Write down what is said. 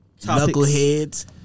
Knuckleheads